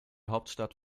hauptstadt